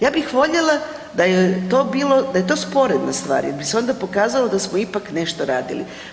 Ja bih voljela da je to bilo, da je to sporedna stvar jer bi se onda pokazalo da smo ipak nešto radili.